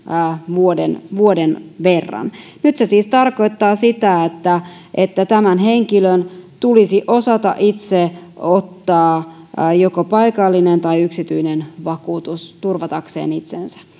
vuoden vuoden verran nyt se siis tarkoittaa sitä että että tämän henkilön tulisi osata itse ottaa joko paikallinen tai yksityinen vakuutus turvatakseen itsensä